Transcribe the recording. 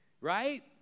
right